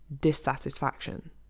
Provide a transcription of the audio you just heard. dissatisfaction